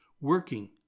working